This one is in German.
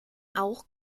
auch